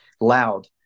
loud